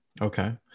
Okay